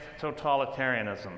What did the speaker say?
totalitarianism